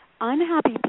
unhappy